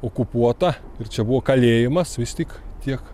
okupuota ir čia buvo kalėjimas vis tik tiek